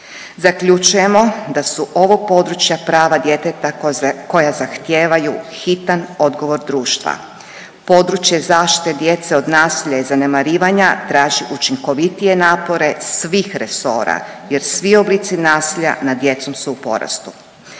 Zaključujemo da su ovo područja prava djeteta koja zahtijevaju hitan odgovor društva, područje zaštite djece od nasilja i zanemarivanja traži učinkovitije napore svih resora jer svi oblici nasilja nad djecom su u porastu.